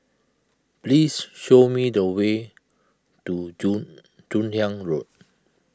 please show me the way to Joon Joon Hiang Road